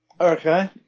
Okay